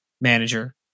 manager